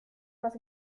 más